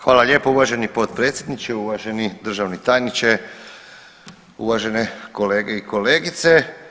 Hvala lijepo uvaženi potpredsjedniče, uvaženi državni tajniče, uvažene kolege i kolegice.